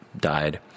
died